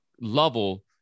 level